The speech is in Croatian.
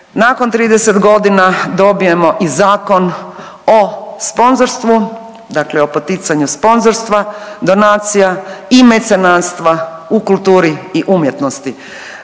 nakon 30 godina dobijemo i Zakon o sponzorstvu, dakle o poticanju sponzorstva, donacija i mecenanstva u kulturi i umjetnosti.